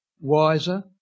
wiser